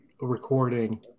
recording